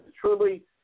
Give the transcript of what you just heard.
truly